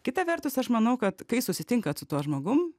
kita vertus aš manau kad kai susitinkat su tuo žmogum